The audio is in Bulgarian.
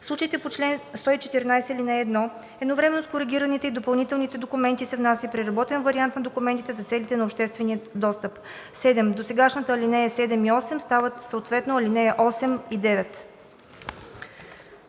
В случаите по чл. 114, ал. 1 едновременно с коригираните и допълнените документи се внася и преработен вариант на документите за целите на обществения достъп.“ 7. Досегашните ал. 7 и 8 стават съответно ал. 8 и 9.“